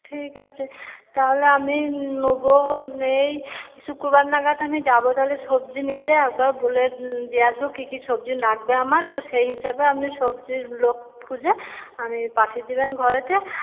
ঠিক আছে তাহলে আমি নেবো এই শুক্রবার নাগাদ আমি যাবো তালে সবজি নিতে একবার বলে দিয়ে আসবো কি কি সবজি লাগবে আমার তো সেই হিসাবে আমি সবজির লোক খুঁজে আমি পাঠিয়ে দিবেন ঘরেতে